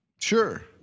sure